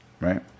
right